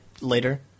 later